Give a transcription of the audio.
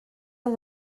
les